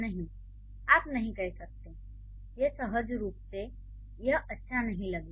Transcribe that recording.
नहीं आप नहीं कर सकते यह सहज रूप से यह अच्छा नहीं लगता